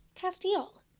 Castile